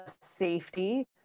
safety